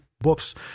books